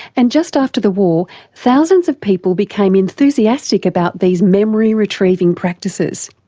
and just after the war thousands of people became enthusiastic about these memory retrieving practices.